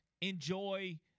enjoy